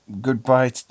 goodbye